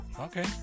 Okay